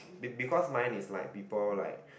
be because mine is like people like